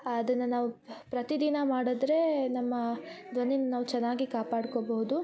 ಅದನ್ನ ನಾವು ಪ್ರತಿ ದಿನ ಮಾಡಿದ್ರೆ ನಮ್ಮ ಧ್ವನಿನ ನಾವು ಚೆನ್ನಾಗಿ ಕಾಪಾಡ್ಕೊಬಹುದು